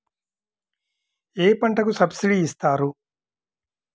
ఏ పంటకు సబ్సిడీ ఇస్తారు?